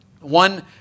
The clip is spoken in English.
One